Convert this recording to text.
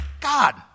God